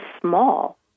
small